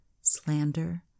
slander